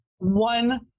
one